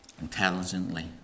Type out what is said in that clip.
intelligently